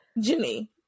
jimmy